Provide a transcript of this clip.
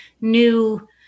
new